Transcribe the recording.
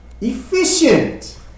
efficient